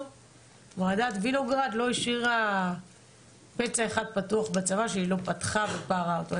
ועדת וינוגרד לא השאירה פצע אחד פתוח בצבא שהיא לא פתחה ופערה אותו.